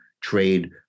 trade